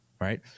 Right